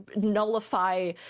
nullify